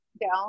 down